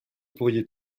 pourriez